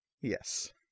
yes